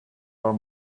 are